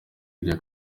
iya